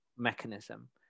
mechanism